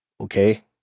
okay